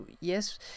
yes